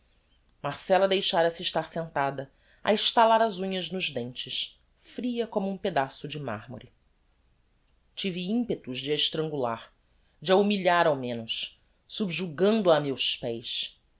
descompostos marcella deixára se estar sentada a estalar as unhas nos dentes fria como um pedaço de marmore tive impetos de a estrangular de a humiliar ao menos subjugando a a meus pés